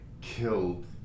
killed